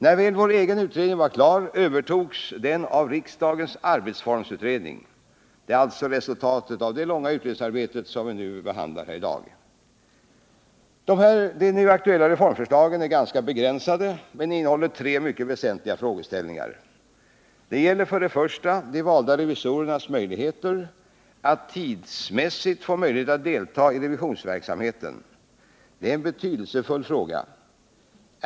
När väl vår egen utredning var klar övertogs den av riksdagens arbetsformsutredning. Det är alltså resultatet av detta långa utredningsarbete som vi behandlar i dag. De nu aktuella reformförslagen är ganska begränsade men innehåller tre mycket väsentliga frågeställningar. Det gäller för det första de valda revisorernas tidsmässiga möjligheter att delta i revisionsverksamheten. Det är en mycket betydelsefull fråga.